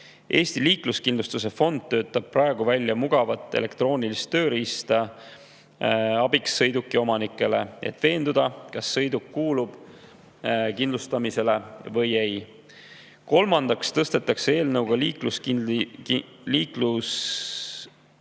Eesti Liikluskindlustuse Fond töötab praegu välja mugavat elektroonilist tööriista abiks sõidukiomanikele, et nad saaksid veenduda, kas sõiduk kuulub kindlustamisele või ei. Kolmandaks tõstetakse eelnõuga kindlustushüvitise